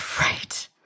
Right